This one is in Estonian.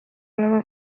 olema